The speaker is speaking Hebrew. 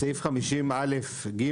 בסעיף 50א(ג),